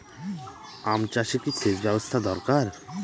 আম চাষে কি সেচ ব্যবস্থা দরকার?